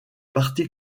parti